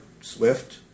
Swift